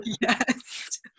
Yes